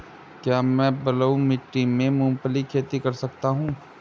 क्या मैं बलुई मिट्टी में मूंगफली की खेती कर सकता हूँ?